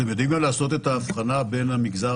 אתם יודעים גם לעשות את ההבחנה בין המגזר